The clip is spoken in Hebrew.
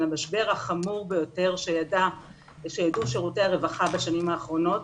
על המשבר החמור ביותר שידעו שירותי הרווחה בשנים האחרונות